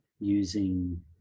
using